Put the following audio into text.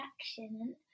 action